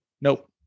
Nope